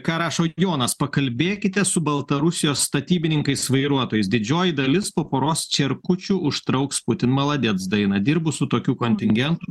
ką rašo jonas pakalbėkite su baltarusijos statybininkais vairuotojais didžioji dalis po poros čerkučių užtrauks būtin maladec dainą dirbu su tokiu kontingentu